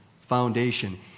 foundation